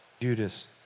Judas